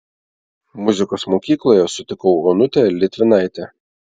muzikos mokykloje sutikau onutę litvinaitę